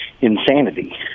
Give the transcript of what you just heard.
insanity